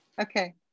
Okay